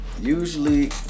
Usually